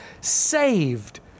saved